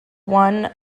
one